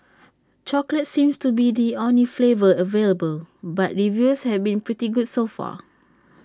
chocolate seems to be the only flavour available but reviews have been pretty good so far